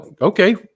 okay